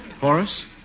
Horace